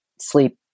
sleep